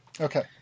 Okay